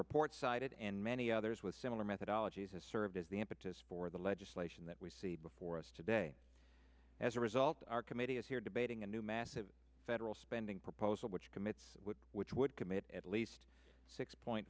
report cited and many others with similar methodology has served as the impetus for the legislation that we see before us today as a result our committee is here debating a new massive federal spending proposal which commits which would commit at least six point